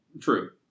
True